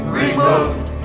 removed